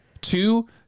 two